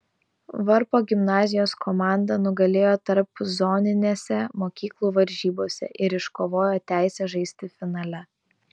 varpo gimnazijos komanda nugalėjo tarpzoninėse mokyklų varžybose ir iškovojo teisę žaisti finale